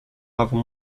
avons